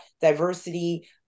diversity